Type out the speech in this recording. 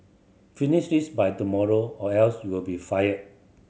finish this by tomorrow or else you'll be fired